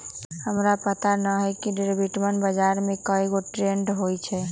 हमरा पता न हए कि डेरिवेटिव बजार में कै गो ट्रेड होई छई